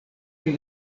pri